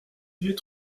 vieux